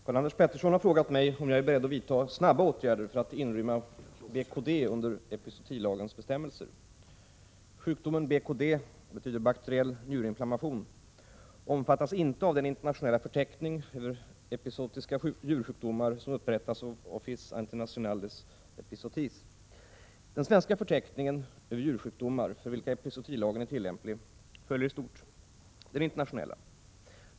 Herr talman! Karl-Anders Petersson har frågat mig om jag är beredd att vidtaga snabba åtgärder för att inrymma BKD under epizootilagens bestämmelser. Sjukdomen BKD, bakteriell njurinflammation, omfattas inte av den internationella förteckning över epizootiska djursjukdomar som upprättas av Office International des Epizooties. Den svenska förteckningen över djursjukdomar för vilka epizootilagen är tillämplig följer i stort sett den internationella förteckningen.